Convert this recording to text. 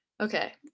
okay